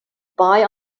buy